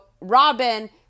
Robin